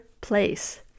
place